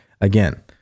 again